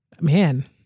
man